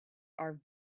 are